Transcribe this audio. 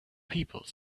people